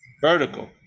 vertical